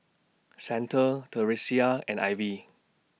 Xander Theresia and Ivy